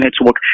network